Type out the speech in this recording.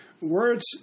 words